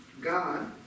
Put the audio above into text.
God